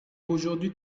aujourd’hui